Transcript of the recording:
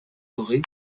dorée